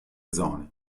zone